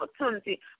opportunity